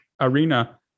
arena